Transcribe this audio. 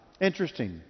interesting